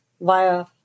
via